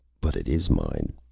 but it is mine.